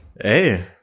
Hey